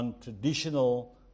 traditional